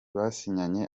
basinyanye